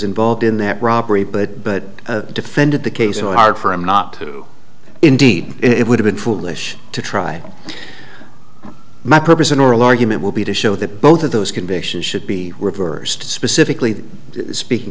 involved in that robbery but but defended the case so hard for him not to indeed it would have been foolish to try my purpose in oral argument will be to show that both of those convictions should be reversed specifically speaking